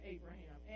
Abraham